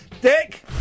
Dick